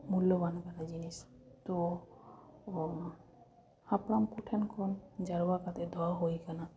ᱢᱩᱞᱞᱚᱵᱟᱱ ᱠᱟᱱᱟ ᱡᱤᱱᱤᱥ ᱛᱚ ᱦᱟᱯᱲᱟᱢ ᱠᱚᱴᱷᱮᱱ ᱠᱷᱚᱱ ᱡᱟᱨᱣᱟ ᱠᱟᱛᱮᱫ ᱫᱚᱦᱚ ᱦᱩᱭ ᱠᱟᱱᱟ